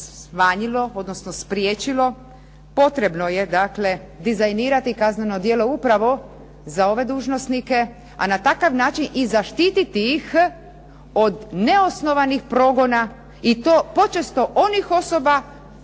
smanjilo, odnosno spriječilo potrebno je dakle dizajnirati kazneno djelo upravo za ove dužnosnike, a na takav način i zaštititi ih od neosnovanih progona i to počesto onih osoba